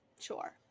Sure